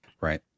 Right